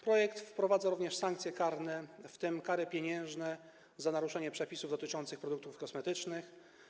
Projekt wprowadza również sankcje karne, w tym kary pieniężne za naruszenie przepisów dotyczących produktów kosmetycznych.